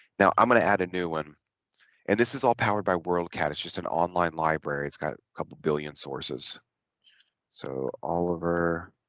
now i'm gonna add a new one and this is all powered by worldcat it's just an online library it's got a couple billion sources so oliver